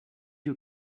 you